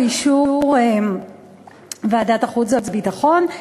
באישור ועדת החוץ והביטחון,